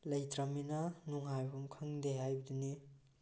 ꯂꯩꯇ꯭ꯔꯕꯅꯤꯅ ꯅꯨꯡꯉꯥꯏꯐꯝ ꯈꯪꯗꯦ ꯍꯥꯏꯕꯗꯨꯅꯤ